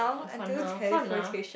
for now fun lah